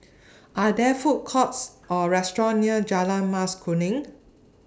Are There Food Courts Or restaurants near Jalan Mas Kuning